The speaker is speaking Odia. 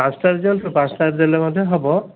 ପାଞ୍ଚଟାରେ ଦେଲେ ତ ପାଞ୍ଚଟାରେ ଦେଲେ ମଧ୍ୟ ହେବ